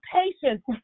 patience